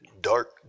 Dark